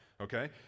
okay